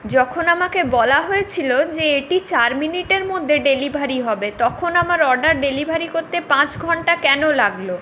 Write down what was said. যখন আমাকে বলা হয়েছিল যে এটি চার মিনিটের মধ্যে ডেলিভারি হবে তখন আমার অর্ডার ডেলিভারি করতে পাঁচ ঘন্টা কেন লাগলো